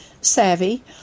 Savvy